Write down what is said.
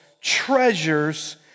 treasures